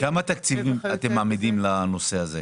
כמה תקציבים אתם מעמידים לנושא הזה?